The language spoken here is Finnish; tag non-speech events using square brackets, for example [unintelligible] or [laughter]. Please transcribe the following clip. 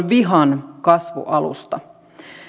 [unintelligible] vihan kasvualusta